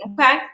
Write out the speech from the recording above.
Okay